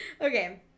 Okay